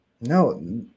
No